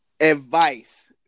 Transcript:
advice